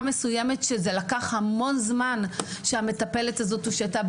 מסוימת בגלל שלקח המון זמן עד שהמטפלת הזאת הושעתה.